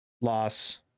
loss